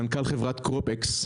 מנכ"ל חברת קרופקס,